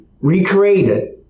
recreated